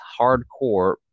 hardcore